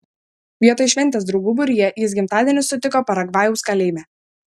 vietoj šventės draugų būryje jis gimtadienį sutiko paragvajaus kalėjime